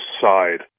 side